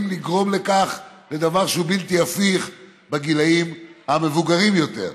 לגרום לדבר שהוא בלתי הפיך בגילים המבוגרים יותר.